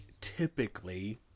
typically